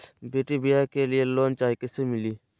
बेटी ब्याह के लिए लोन चाही, कैसे मिली?